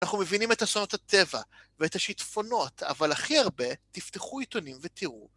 אנחנו מבינים את אסונות הטבע ואת השטפונות, אבל הכי הרבה, תפתחו עיתונים ותראו...